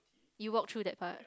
you walk through that part